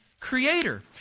creator